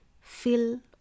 Fill